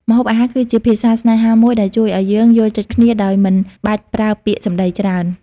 ម្ហូបអាហារគឺជាភាសាស្នេហាមួយដែលជួយឱ្យយើងយល់ចិត្តគ្នាដោយមិនបាច់ប្រើពាក្យសម្តីច្រើន។